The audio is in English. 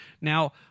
Now